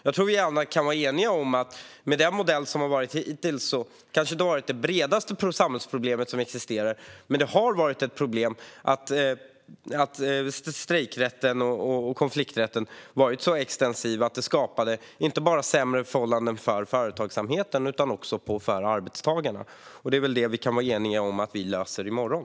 Jag tror att vi alla kan vara eniga om att den modell som har funnits hittills kanske inte har inneburit det bredaste samhällsproblem som existerar. Men det har varit ett problem att strejkrätten och konflikträtten har varit så extensiv att det inte bara har skapat sämre förhållanden för företagsamheten utan också för arbetstagarna. Det är väl det vi kan vara eniga om att vi löser i morgon.